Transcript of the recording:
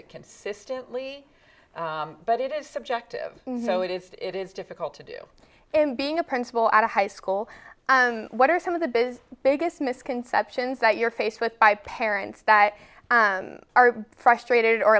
it consistently but it is subjective so it is it is difficult to do and being a principal at a high school what are some of the biz biggest misconceptions that you're faced with by parents that are frustrated or